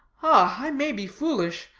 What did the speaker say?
ah, i may be foolish,